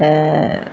तऽ